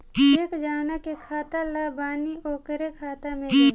check जौना के खाता ला बनी ओकरे खाता मे जाई